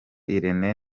irene